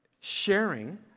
sharing